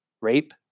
rape